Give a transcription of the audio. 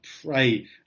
pray